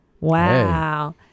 Wow